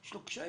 יש לו קשיים.